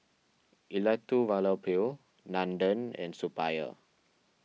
Elattuvalapil Nandan and Suppiah